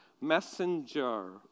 Messenger